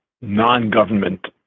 non-government